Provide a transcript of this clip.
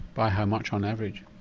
by how much on average?